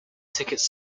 tickets